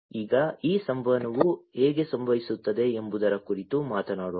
ಈಗ ಈ ಸಂವಹನವು ಹೇಗೆ ಸಂಭವಿಸುತ್ತದೆ ಎಂಬುದರ ಕುರಿತು ಮಾತನಾಡೋಣ